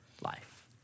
life